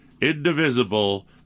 indivisible